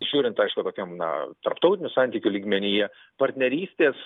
žiūrint aišku tokiam na tarptautinių santykių lygmenyje partnerystės